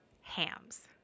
hams